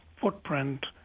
footprint